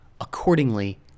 Accordingly